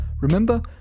Remember